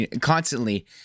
constantly